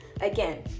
Again